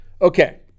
Okay